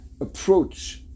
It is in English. approach